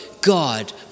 God